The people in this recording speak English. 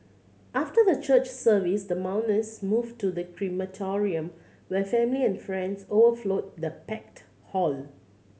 after the church service the mourners moved to the crematorium where family and friends overflowed the packed hall